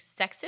sexist